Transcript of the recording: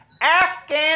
Afghan